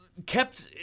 Kept